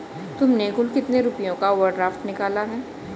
तुमने कुल कितने रुपयों का ओवर ड्राफ्ट निकाला है?